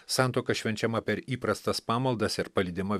santuoka švenčiama per įprastas pamaldas ir palydima